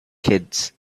kids